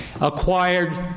acquired